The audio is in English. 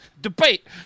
Debate